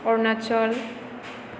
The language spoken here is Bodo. अरुणाचल